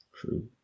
true